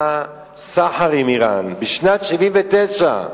היה סחר עם אירן בשנת 1979,